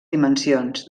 dimensions